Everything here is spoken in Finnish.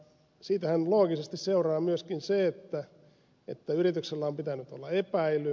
siitähän loogisesti seuraa myöskin se että yrityksellä on pitänyt olla epäily